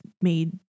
made